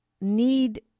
need